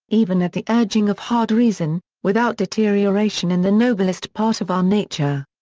even at the urging of hard reason, without deterioration in the noblest part of our nature.